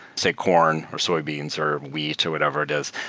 say, corn, or soybeans, or wheat, or whatever it is,